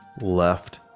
left